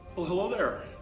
hello there.